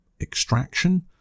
extraction